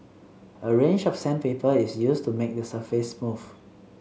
a range of sandpaper is used to make the surface smooth